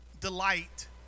delight